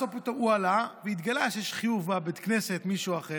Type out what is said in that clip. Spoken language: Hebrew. בסוף הוא עלה והתגלה שיש התחייבות מבית הכנסת למישהו אחר.